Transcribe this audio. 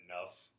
enough